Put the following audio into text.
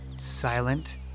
silent